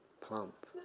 plump